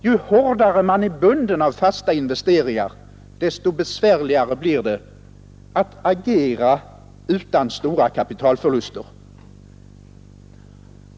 Ju hårdare man är bunden av fasta investeringar, desto svårare blir det att agera utan stora kapitalförluster.